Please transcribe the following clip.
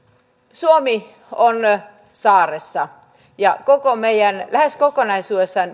suomi on saaressa ja lähes kokonaisuudessaan